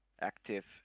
active